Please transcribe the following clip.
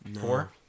Four